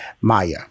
maya